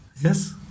Yes